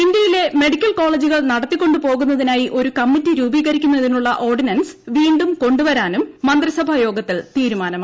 ഇന്ത്യയിലെ മെഡിക്കൽ കോളേജുകൾ നടത്തികൊണ്ടു പോകുന്നതിനായി ഒരു കമ്മിറ്റി രൂപീകരിക്കുന്ന തിനുള്ള ഓർഡിനൻസ് വീണ്ടും കൊണ്ടുവരാനും മന്ത്രിസഭയോഗ ത്തിൽ തീരുമാനമായി